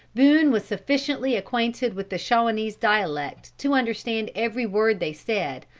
boone was sufficiently acquainted with the shawanese dialect to understand every word they said,